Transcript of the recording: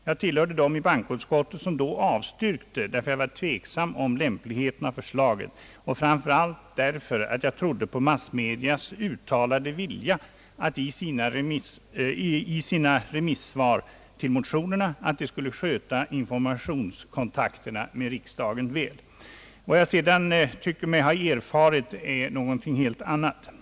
Jag tillhörde dem i bankoutskottet som då avstyrkte, därför att jag var tveksam om lämpligheten av förslaget och framför allt därför att jag trodde på massmediernas uttalade vilja i sina remissvar om motionerna att sköta informationskontakterna med riksdagen väl, Vad jag sedan tycker mig ha erfarit är någonting helt annat.